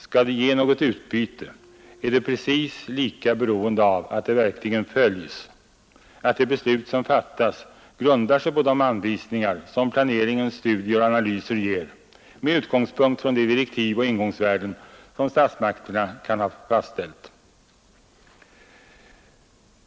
Skall det ge något utbyte är det precis lika beroende av att det verkligen följs, att de beslut som fattas grundar sig på de anvisningar som planeringens studier och analyser ger, med utgångspunkt i de direktiv och ingångsvärden som statsmakterna kan ha fastställt.